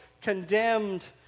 condemned